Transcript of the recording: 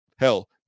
Hell